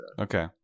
Okay